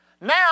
Now